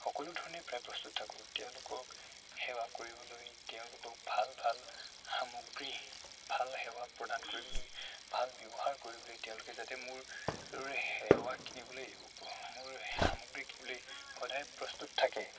সকলো ধৰণে প্ৰায় প্ৰস্তুত থাকোঁ তেওঁলোকক সেৱা কৰিবলৈ তেওঁলোকক ভাল ভাল সামগ্ৰী ভাল সেৱা প্ৰদান কৰিবলৈ ভাল ব্যৱহাৰ কৰিবলৈ তেওঁলোকে যাতে মোৰ সেৱা কিনিবলৈ মোৰ সামগ্ৰী কিনিবলৈ সদায় প্ৰস্তুত থাকে